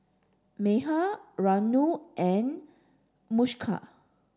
Medha Renu and Mukesh